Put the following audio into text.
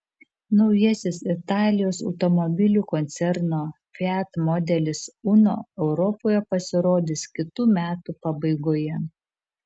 naujasis italijos automobilių koncerno fiat modelis uno europoje pasirodys kitų metų pabaigoje